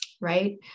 right